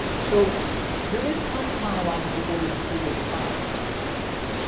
so there is some chronological order to the process itself.